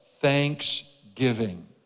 thanksgiving